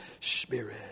spirit